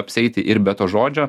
apsieiti ir be to žodžio